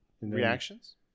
Reactions